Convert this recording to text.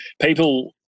people